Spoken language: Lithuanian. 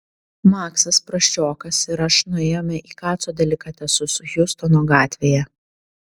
maksas prasčiokas ir aš nuėjome į kaco delikatesus hjustono gatvėje